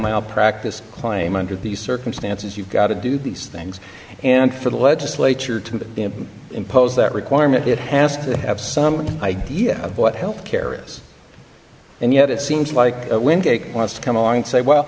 malpractise claim under these circumstances you've got to do these things and for the legislature to impose that requirement it has to have some idea of what health care is and yet it seems like when they want to come along and say well